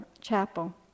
chapel